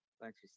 Thanks